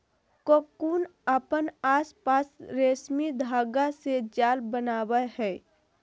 cocoon अपन आसपास रेशमी धागा से जाल बनावय हइ